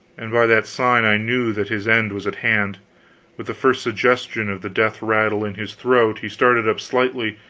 and by that sign i knew that his end was at hand with the first suggestion of the death-rattle in his throat he started up slightly,